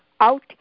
out